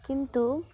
কিন্তু